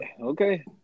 okay